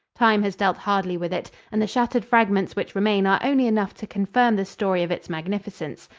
time has dealt hardly with it, and the shattered fragments which remain are only enough to confirm the story of its magnificence.